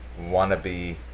wannabe